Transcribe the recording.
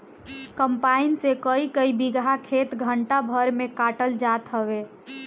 combine से कईकई बीघा खेत घंटा भर में कटात जात हवे